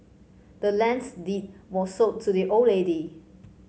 the land's deed was sold to the old lady